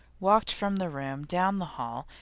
walked from the room, down the hall,